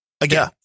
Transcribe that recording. again